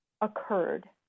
occurred